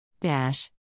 Dash